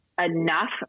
enough